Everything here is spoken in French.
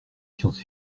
science